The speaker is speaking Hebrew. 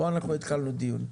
כאן התחלנו דיון.